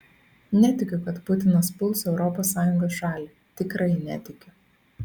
netikiu kad putinas puls europos sąjungos šalį tikrai netikiu